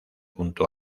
junto